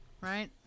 right